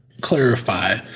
clarify